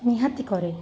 ନିହାତି କରେ